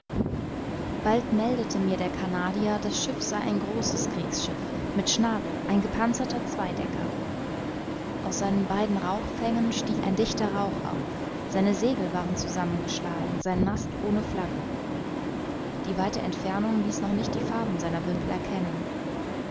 bald meldete mir der canadier das schiff sei ein großes kriegsschiff mit schnabel ein gepanzerter zweidecker aus seinen beiden rauchfängen stieg ein dichter rauch auf seine segel waren zusammengeschlagen sein mast ohne flagge die weite entfernung ließ noch nicht die farben seiner wimpel erkennen